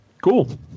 Cool